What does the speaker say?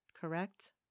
correct